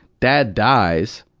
dad dies,